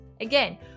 Again